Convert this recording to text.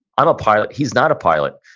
i'm a pilot. he's not a pilot.